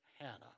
Hannah